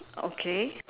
okay